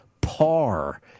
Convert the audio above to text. par